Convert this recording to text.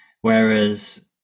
whereas